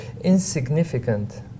Insignificant